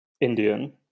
Indian